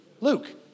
Luke